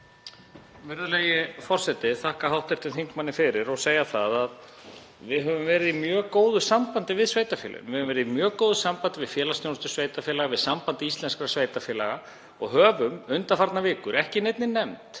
Virðulegi forseti. Ég þakka hv. þingmanni fyrir og vil segja að við höfum verið í mjög góðu sambandi við sveitarfélögin. Við höfum verið í mjög góðu sambandi við Félagsþjónustu sveitarfélaga, við Samband íslenskra sveitarfélaga og höfum undanfarnar vikur, ekki í neinni nefnd,